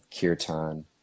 Kirtan